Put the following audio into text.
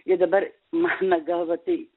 ir dabar mano galva tai